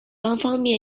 方面